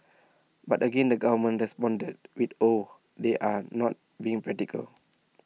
but again the government responded with oh they're not being practical